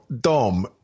Dom